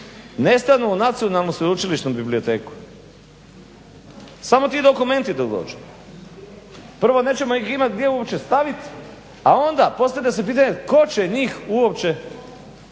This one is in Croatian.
ne stanu u Nacionalnu sveučilišnu biblioteku. Samo ti dokumenti dok dođu. Prvo, nećemo ih imati gdje uopće staviti, a onda postavlja se pitanje tko će njih uopće stić